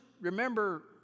remember